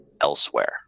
elsewhere